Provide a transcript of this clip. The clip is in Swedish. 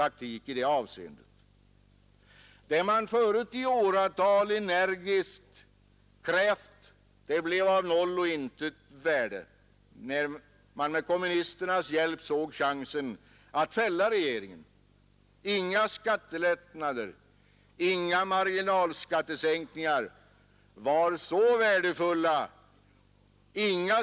Skulle ni som försöker förringa denna skattesänkning kunna förklara för mig och kammaren hur ni skall klara en skattesänkning av denna storleksordning utan en omfördelning?